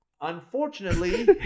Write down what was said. Unfortunately